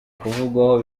kuvugwaho